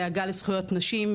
דאגה לזכויות נשים,